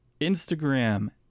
Instagram